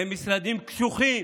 הם משרדים קשוחים.